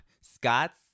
Scott's